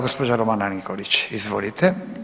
Gospođa Romana Nikolić, izvolite.